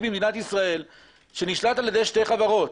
במדינת ישראל שנשלט על-ידי שתי חברות.